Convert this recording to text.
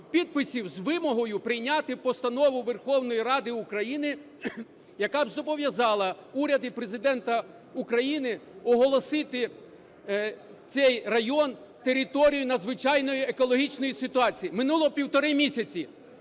з вимогою прийняти постанову Верховної Ради України, яка б зобов'язала уряд і Президента України оголосити цей район територією надзвичайної екологічної ситуації. Минуло півтора місяця,